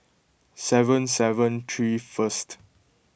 seven seven three first